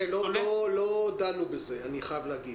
לא דנו בזה, אני חייב להגיד.